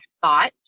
thought